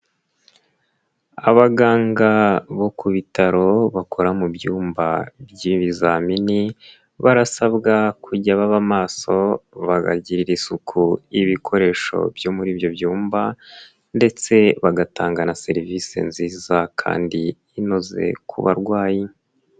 Abaganga bo ku bitaro bakora mu byumba by'ibizamini barasabwa kujya baba maso bakagirira isuku ibikoresho byo muri ibyo byumba ndetse bagatanga na serivise nziza kandi inoze ku barwayi.